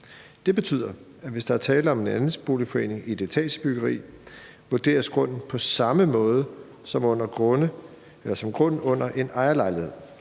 Det betyder, at hvis der er tale om en andelsboligforening i et etagebyggeri, vurderes grunden på samme måde som en grund under en ejerlejlighed.